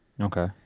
Okay